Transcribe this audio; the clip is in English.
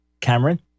Cameron